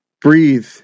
Breathe